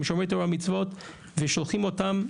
הם שומרי תורה ומצוות ושולחים אותם,